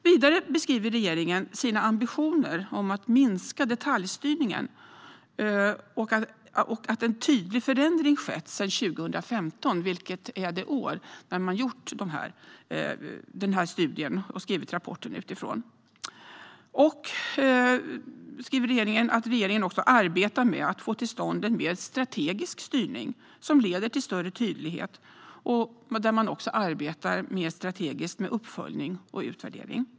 Vidare beskriver regeringen sina ambitioner att minska detaljstyrningen och att en tydlig förändring skett sedan 2015, vilket är det år man gjort studien och utifrån den skrivit rapporten. Regeringen arbetar med att få till stånd en mer strategisk styrning som leder till större tydlighet och där man arbetar mer strategiskt med uppföljning och utvärdering.